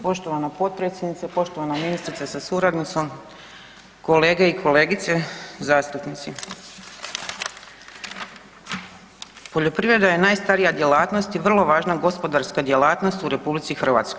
Poštovana potpredsjednice, poštovana ministrice sa suradnicom, kolege i kolegice zastupnici, poljoprivreda je najstarija djelatnost i vrlo važna gospodarska djelatnost u RH.